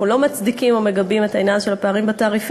אנחנו לא מצדיקים או מגבים את העניין של הפערים בתעריפים,